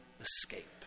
escape